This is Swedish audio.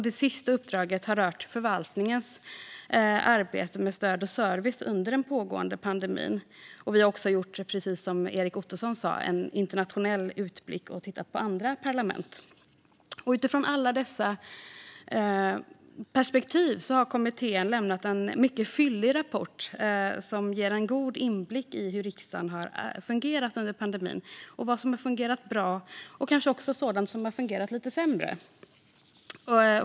Det sista uppdraget rörde förvaltningens arbete med stöd och service under den pågående pandemin. Vi har också, precis som Erik Ottoson sa, gjort en internationell utblick och tittat på andra parlament. Utifrån alla dessa perspektiv har kommittén lämnat en mycket fyllig rapport som ger en god inblick i hur riksdagen har fungerat under pandemin, vad som har fungerat bra och kanske också sådant som har fungerat lite sämre.